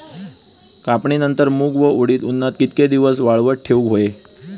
कापणीनंतर मूग व उडीद उन्हात कितके दिवस वाळवत ठेवूक व्हये?